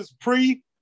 pre